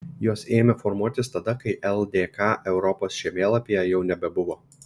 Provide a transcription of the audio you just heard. jos ėmė formuotis tada kai ldk europos žemėlapyje jau nebebuvo